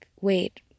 wait